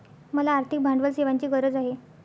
मला आर्थिक भांडवल सेवांची गरज आहे